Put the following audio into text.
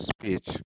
speech